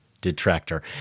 detractor